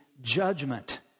judgment